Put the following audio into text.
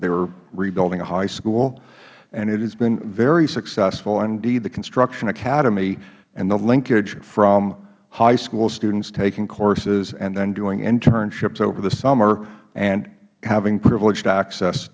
were rebuilding a high school it has been very successful indeed the construction academy and the linkage from high school students taking courses and then doing internships over the summer and having privileged access